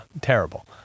terrible